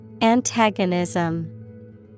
Antagonism